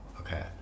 Okay